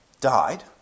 died